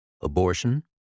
Abortion